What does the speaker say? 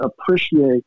appreciate